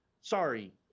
sorry